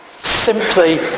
Simply